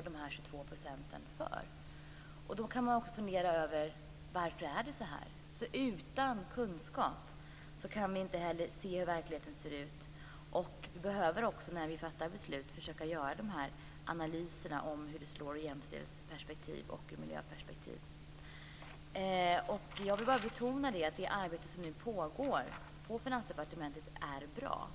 Vi kan då fundera över varför det är så här. Utan kunskap kan vi inte se hur verkligheten ser ut, och vi behöver när vi fattar beslut kunna göra analyser av hur dessa slår i jämställdhetsoch miljöperspektiv. Jag vill betona att det arbete som nu pågår på Finansdepartementet är bra.